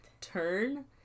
turn